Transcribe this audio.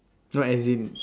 no as in